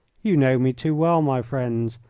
you know me too well, my friends,